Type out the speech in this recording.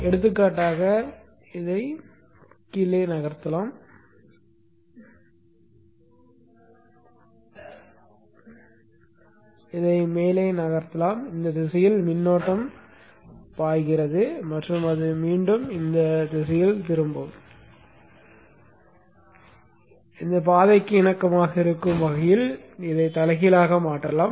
எடுத்துக்காட்டாக இதை கீழே நகர்த்தலாம் இதை மேலே நகர்த்தலாம் இந்த திசையில் மின்னோட்டம் பாய்கிறது மற்றும் அது மீண்டும் இந்தத் திசையில் திரும்பும் பாதைக்கு இணக்கமாக இருக்கும் வகையில் இதை தலைகீழாக மாற்றலாம்